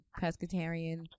pescatarian